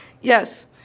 Yes